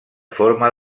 forma